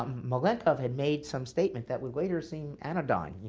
um malenkov had made some statement that would later seem anodyne.